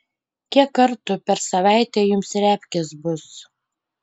kiek kartų per savaitę jums repkės bus